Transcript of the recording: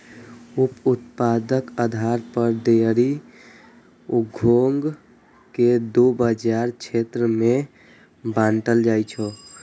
उप उत्पादक आधार पर डेयरी उद्योग कें दू बाजार क्षेत्र मे बांटल जाइ छै